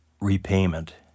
repayment